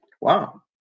Wow